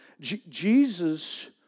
Jesus